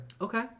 Okay